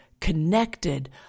connected